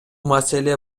маселе